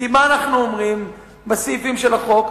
כי מה אנחנו אומרים בסעיפים של החוק,